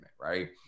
right